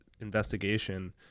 investigation